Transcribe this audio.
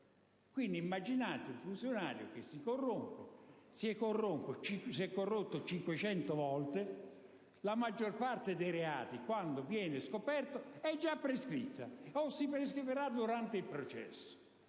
ad immaginare un funzionario che si corrompe per 500 volte; la maggior parte dei reati, nel momento in cui viene scoperta, è già prescritta o si prescriverà durante il processo.